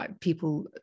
people